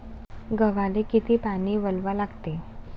गव्हाले किती पानी वलवा लागते?